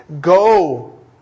go